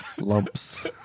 lumps